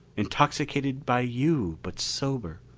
intoxicated by you, but sober.